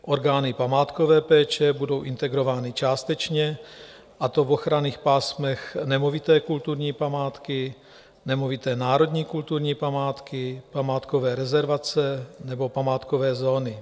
Orgány památkové péče budou integrovány částečně, a to v ochranných pásmech nemovité kulturní památky, nemovité národní kulturní památky, památkové rezervace nebo památkové zóny.